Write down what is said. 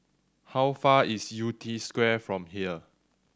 how far away is Yew Tee Square from here